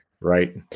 right